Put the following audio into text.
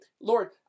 Lord